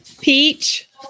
Peach